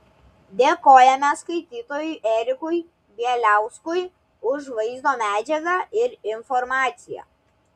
dėkojame skaitytojui erikui bieliauskui už vaizdo medžiagą ir informaciją